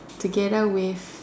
together with